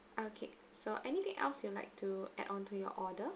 okay so anything else you'd like to add on to your order